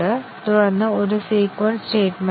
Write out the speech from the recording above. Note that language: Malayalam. ഉദാഹരണത്തിന് കൺട്രോൾ അപ്ലിക്കേഷനുകൾ